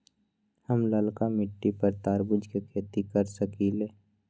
हम लालका मिट्टी पर तरबूज के खेती कर सकीले?